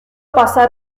pasar